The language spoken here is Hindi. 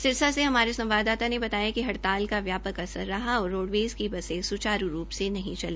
सिरसा से हमारे संवाददाता ने बताया कि हड़ताल का व्यापक असर रहा और रोडवेज की बसे स्चारू रूप से नहीं चली